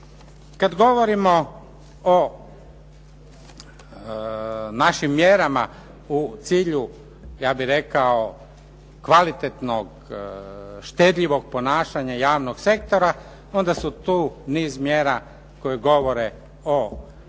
Kad govorimo o našim mjerama u cilju, ja bih rekao kvalitetnog štedljivog ponašanja javnog sektora, onda su tu niz mjera koje govore o